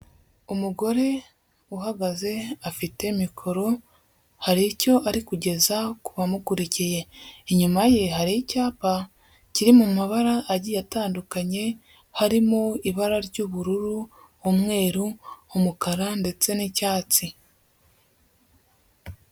Umugore uhagaze afite mikoro, hari icyo ari kugeza ku bamukurikiye, inyuma ye hari icyapa kiri mu mabara agiye atandukanye, harimo ibara ry'ubururu, umweru, umukara ndetse n'icyatsi.